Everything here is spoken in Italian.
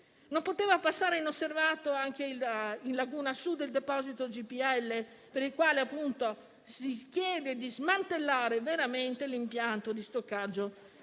Non poteva passare inosservato anche in laguna Sud il deposito GPL, per il quale si chiede di smantellare l'impianto di stoccaggio